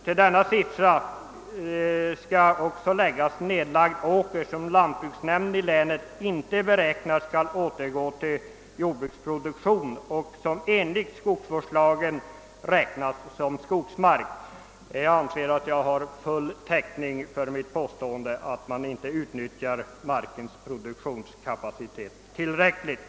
Till denna siffra skall också läggas siffran för nedlagd åker, som lantbruksnämnden i länet inte beräknar skall återgå till jordbruksproduktion och som enligt skogsvårdslagen räknas som skogsmark. Jag anser att jag har full täckning för mitt påstående att man inte utnyttjar markens produktionskapacitet tillräckligt.